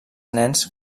nens